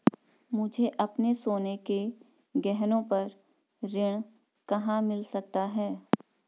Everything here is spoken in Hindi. मुझे अपने सोने के गहनों पर ऋण कहाँ मिल सकता है?